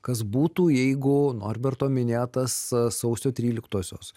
kas būtų jeigu norberto minėtas sausio tryliktosios